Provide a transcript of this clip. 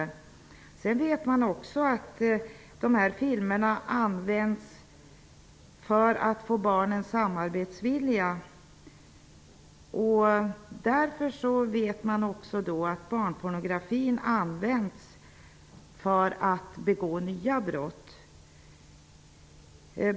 Filmerna används dessutom för att få barnen samarbetsvilliga. Barnpornografin används alltså för att begå nya brott.